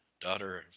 daughter